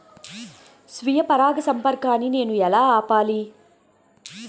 స్వీయ పరాగసంపర్కాన్ని నేను ఎలా ఆపిల్?